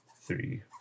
three